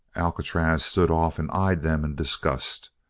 alcatraz stood off and eyed them in disgust.